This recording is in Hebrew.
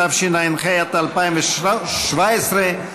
התשע"ח 2017,